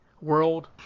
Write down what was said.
world